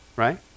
right